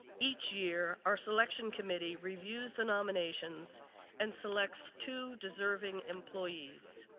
each year our selection committee reviews the nominations and selects two deserving employees.